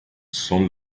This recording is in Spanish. son